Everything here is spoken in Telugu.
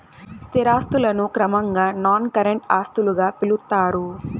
స్థిర ఆస్తులను క్రమంగా నాన్ కరెంట్ ఆస్తులుగా పిలుత్తారు